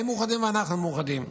שהם מאוחדים ואנחנו מאוחדים.